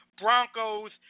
Broncos